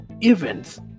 events